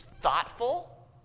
thoughtful